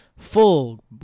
Full